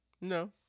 No